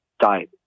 die